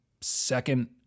second